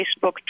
Facebook